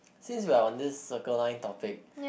since we are on this Circle Line topic